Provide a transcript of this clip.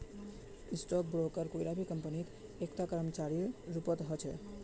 stock broker कोई भी कम्पनीत एकता कर्मचारीर रूपत ह छेक